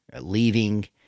leaving